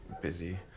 busy